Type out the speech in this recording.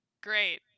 Great